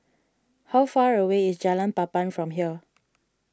how far away is Jalan Papan from here